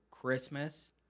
Christmas